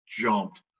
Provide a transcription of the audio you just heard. jumped